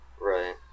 Right